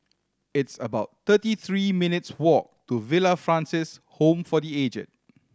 it's about thirty three minutes' walk to Villa Francis Home for The Aged